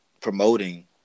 promoting